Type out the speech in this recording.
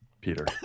Peter